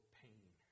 pain